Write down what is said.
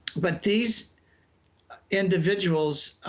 but these individuals